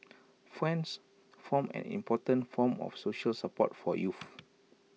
friends form an important form of social support for youths